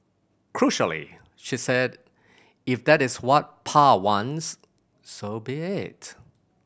crucially she said If that is what Pa wants so be it